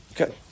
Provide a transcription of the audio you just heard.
Okay